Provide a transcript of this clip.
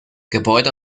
gebäude